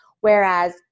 whereas